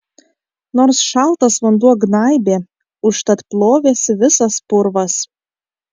nors šaltas vanduo gnaibė užtat plovėsi visas purvas